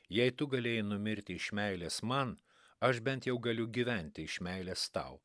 jei tu galėjai numirti iš meilės man aš bent jau galiu gyventi iš meilės tau